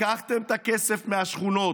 לקחתם את הכסף מהשכונות,